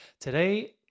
Today